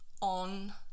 on